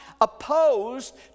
opposed